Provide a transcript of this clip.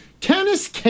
Tennis